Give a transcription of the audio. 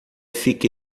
fica